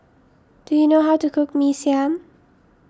do you know how to cook Mee Siam